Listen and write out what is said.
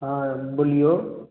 हँ बोलिऔ